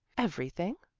everything?